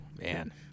Man